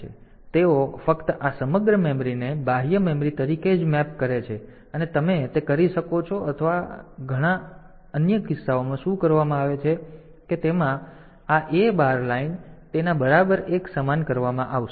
તેથી તેઓ ફક્ત આ સમગ્ર મેમરીને ફક્ત બાહ્ય મેમરી તરીકે જ મેપ કરે છે અને તમે તે કરી શકો છો અથવા ઘણા અથવા અન્ય કિસ્સાઓમાં શું કરવામાં આવે છે કે તેમાં આ A બાર લાઇન તેના બરાબર એક સમાન કરવામાં આવશે